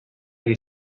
gli